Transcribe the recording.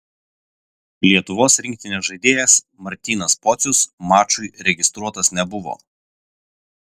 lietuvos rinktinės žaidėjas martynas pocius mačui registruotas nebuvo